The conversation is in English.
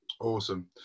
Awesome